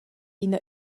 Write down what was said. ina